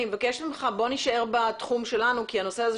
אני מבקשת להישאר בתחום שלנו כי הנושא של